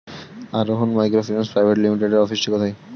আরোহন microfinance private লিমিটেডের অফিসটি কোথায়?